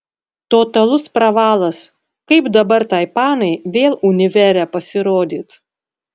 totalus pravalas kaip dabar tai panai vėl univere pasirodyt